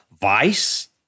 Vice